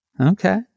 okay